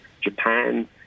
Japan